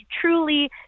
truly